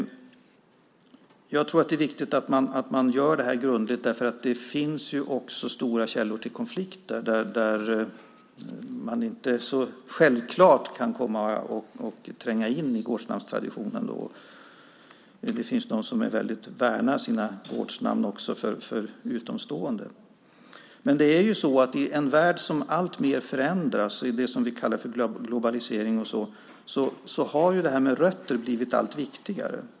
Det är viktigt att genomgången görs grundligt, eftersom det finns källor till stora konflikter. Man kan därför inte bara komma och tränga sig på gårdsnamnstraditionen. Det finns de som starkt värnar om sina gårdsnamn för att skydda dem från utomstående. I en värld som alltmer förändras, det vi kallar globalisering, har frågan om rötter blivit allt viktigare.